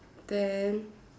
then